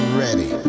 ready